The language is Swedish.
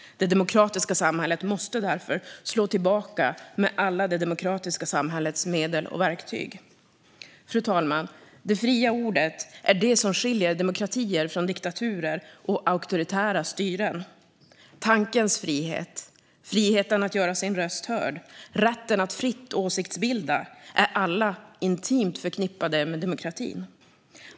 Det demokratiska samhället måste därför slå tillbaka med alla det demokratiska samhällets medel och verktyg. Fru talman! Det fria ordet är det som skiljer demokratier från diktaturer och auktoritära styren. Tankens frihet, friheten att göra sin röst hörd och rätten att fritt åsiktsbilda är alla intimt förknippade med demokratin.